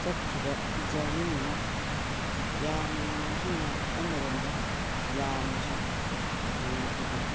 ꯆꯠꯈꯤꯕ ꯖꯔꯅꯤ ꯑꯃ ꯌꯥꯝꯅ ꯅꯨꯉꯥꯏꯁꯨ ꯅꯨꯉꯥꯏ ꯑꯃꯔꯣꯝꯗ ꯌꯥꯝꯅꯁꯨ ꯅꯨꯉꯥꯏꯈꯤꯗꯦ